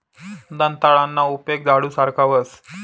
दंताळाना उपेग झाडू सारखा व्हस